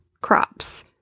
crops